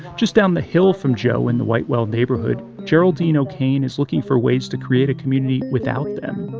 just down the hill from joe in the whitewell neighborhood, geraldine o'kane is looking for ways to create a community without them.